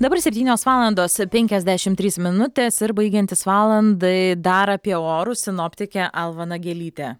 dabar septynios valandos penkiasdešimt trys minutės ir baigiantis valandai dar apie orus sinoptikė alva nagelytė